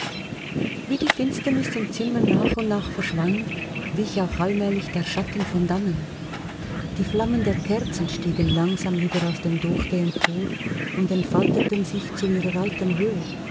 wie die finsternis im zimmer nach und nach verschwand wich auch allmählich der schatten von dannen die flammen der kerzen stiegen langsam wieder aus dem dochte empor und entfalteten sich zu ihrer alten höhe